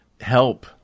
help